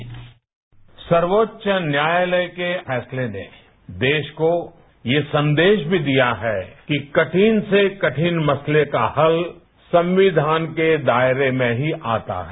PM byte सर्वोच्च न्यायालय के फैसले ने देश को यह संदेश भी दिया है कि कठिन से कठिन मसले का हल संविधान के दायरे में ही आता है